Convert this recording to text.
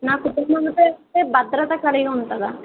నా కుటుంబంతో వెళ్తే భద్రత కలిగి ఉంటుందా